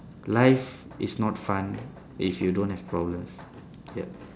life is not fun if you don't have problems yup